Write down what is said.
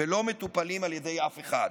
ולא מטופלים על ידי אף אחד.